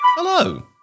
Hello